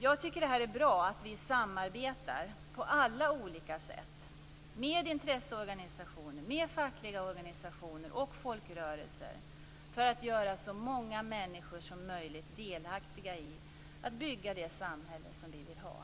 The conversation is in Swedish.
Jag tycker att det är bra att vi samarbetar på alla olika sätt med intresseorganisationer, fackliga organisationer och folkrörelser för att göra så många människor som möjligt delaktiga i att bygga det samhälle som vi vill ha.